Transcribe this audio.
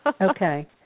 okay